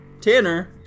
Tanner